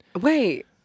Wait